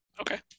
okay